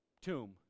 tomb